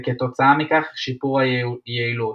וכתוצאה מכך שיפור היעילות,